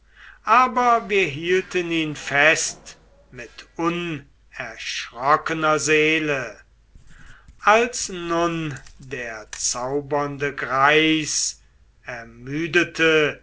aber wir hielten ihn fest mit unerschrockener seele als nun der zaubernde greis ermüdete